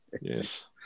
yes